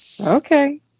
Okay